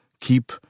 Keep